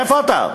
איפה אתה?